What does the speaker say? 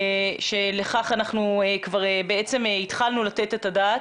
שלכך אנחנו כבר התחלנו לתת את הדעת,